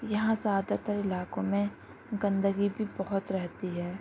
یہاں زیادہ تر علاقوں میں گندگی بھی بہت رہتی ہے